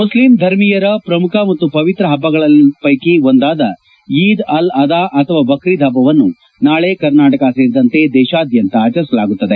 Muslim ಧರ್ಮೀಯರ ಪ್ರಮುಖ ಮತ್ತು ಪವಿತ್ರ ಹಬ್ಬಗಳ ಪೈಕಿ ಒಂದಾದ ಈದ್ ಅಲ್ ಅದಾ ಅಥವಾ ಬಕ್ರೀದ್ ಹಬ್ಬವನ್ನು ನಾಳಿ ಕರ್ನಾಟಕ ಸೇರಿದಂತೆ ದೇಶಾದ್ಯಂತ ಆಚರಿಸಲಾಗುತ್ತದೆ